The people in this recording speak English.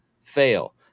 fail